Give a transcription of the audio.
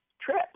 trip